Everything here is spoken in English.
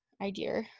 idea